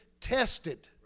tested